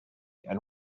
and